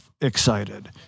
excited